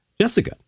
Jessica